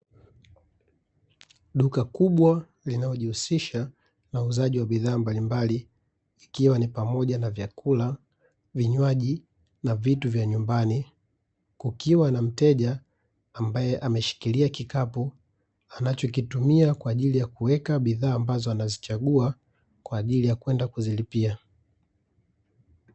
Duka kubwa linalojihusisha na uuzaji wa bidhaa mbalimbali, ikiwa ni pamoja na vyakula, vinywaji na vitu vya nyumbani, kukiwa na mteja ambae ameshikilia kikapu anachokitumia kwa ajili ya kuweka bidhaa ambazo anazichagua, kwa ajili ya kwenda kuzilipia.